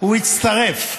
הוא הצטרף.